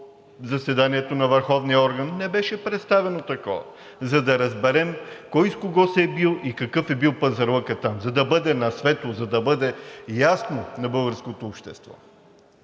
заседанието на върховния орган, не беше представено такова, за да разберем кой с кого се е бил и какъв е бил пазарлъкът там, за да бъде на светло, за да бъде ясно на българското общество.